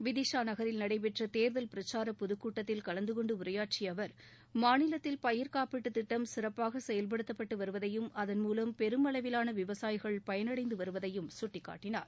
விதிஷா நகரில் நடைபெற்ற தேர்தல் பிரச்சார பொதுக்கூட்டத்தில் கலந்துகொண்டு உரையாற்றிய அவர் மாநிலத்தில் பயிர் காப்பீட்டுத்திட்டம் சிறப்பாக செயவ்படுத்தப்பட்டு வருவதையும் அதன்மூவம் பெருமளவிலான விவசாயிகள் பயனடைந்து வருவதையும் குட்டிக்காட்டினார்